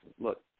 look